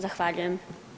Zahvaljujem.